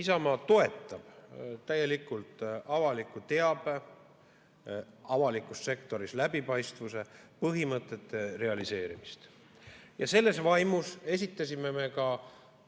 Isamaa toetab täielikult avaliku teabe, avalikus sektoris läbipaistvuse põhimõtete realiseerimist. Selles vaimus esitasime me ka